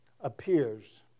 appears